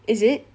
is it